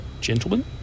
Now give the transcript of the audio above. gentlemen